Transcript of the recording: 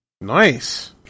Nice